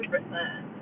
100%